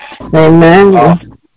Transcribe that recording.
Amen